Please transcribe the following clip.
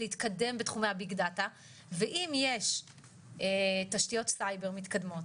להתקדם בתחומי ה- BIG DATA ואם יש תשתיות סייבר מתקדמות,